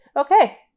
Okay